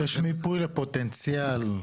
יש עוד משרדים שצריכים לדבר,